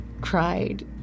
cried